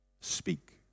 speak